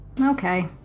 Okay